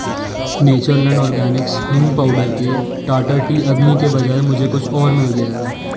Natureland Organics हींग powder के Tata Tea Agni के बजाय मुझे कुछ और मिल गया है